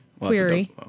Query